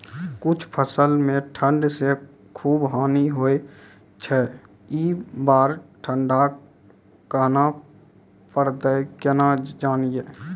कुछ फसल मे ठंड से खूब हानि होय छैय ई बार ठंडा कहना परतै केना जानये?